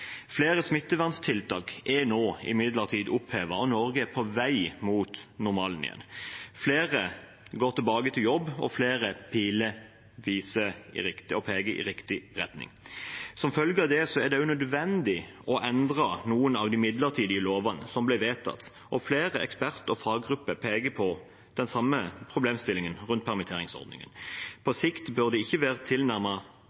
Flere smitteverntiltak er nå imidlertid opphevet, og Norge er på vei mot normalen igjen. Flere går tilbake til jobb, og flere piler peker i riktig retning. Som følge av det er det også nødvendig å endre noen av de midlertidige lovene som ble vedtatt. Flere eksperter og faggrupper peker på den samme problemstillingen rundt